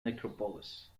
necropolis